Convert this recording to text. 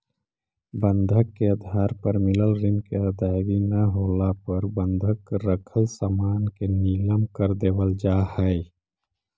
बंधक के आधार पर मिलल ऋण के अदायगी न होला पर बंधक रखल सामान के नीलम कर देवल जा हई